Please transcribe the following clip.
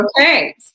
Okay